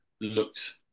looked